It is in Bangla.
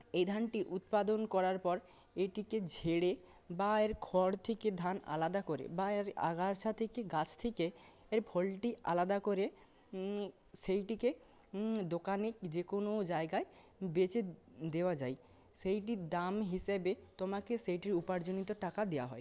এই ধানটি উৎপাদন করার পর এটিকে ঝেড়ে বা এর খড় থেকে ধান আলাদা করে বা এর আগাছা থেকে গাছ থেকে এর ফলটি আলাদা করে সেইটিকে দোকানে যে কোনো জায়গায় বেচে দেওয়া যায় সেইটির দাম হিসেবে সেইটির উপার্জনিত টাকা দেওয়া হয়